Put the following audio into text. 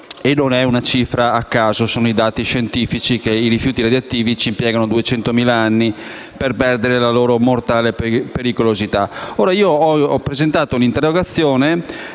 Non è una cifra a caso, sono dati scientifici: i rifiuti radioattivi impiegano infatti 200.000 anni per perdere la loro mortale pericolosità.